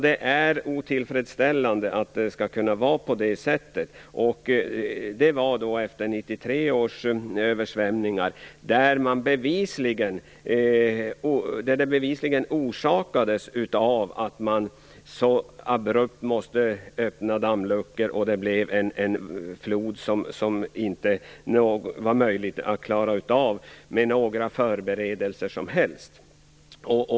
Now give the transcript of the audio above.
Det är otillfredsställande att det skall kunna vara på det sättet. Detta hände alltså efter 1993 års översvämningar, som bevisligen orsakades av att man så abrupt måste öppna dammluckor så att det blev en flod som det inte hade varit möjligt att klara av med några förberedelser som helst.